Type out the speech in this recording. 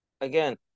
again